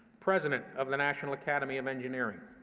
president of the national academy of engineering.